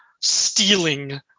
stealing